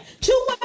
Two